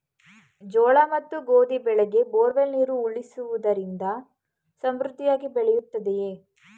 ಜೋಳ ಮತ್ತು ಗೋಧಿ ಬೆಳೆಗೆ ಬೋರ್ವೆಲ್ ನೀರು ಉಣಿಸುವುದರಿಂದ ಸಮೃದ್ಧಿಯಾಗಿ ಬೆಳೆಯುತ್ತದೆಯೇ?